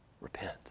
Repent